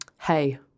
Hey